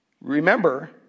remember